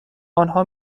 آنها